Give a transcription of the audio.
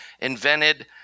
invented